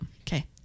Okay